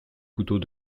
couteaux